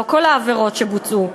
לא כל העבירות שבוצעו,